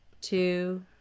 two